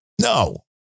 No